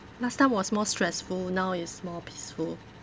last time was more stressful now is more peaceful